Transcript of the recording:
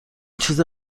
چیز